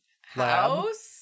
house